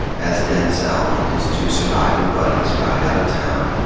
as denzel and his two surviving buddies ride out of town,